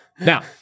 Now